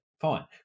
Fine